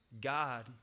God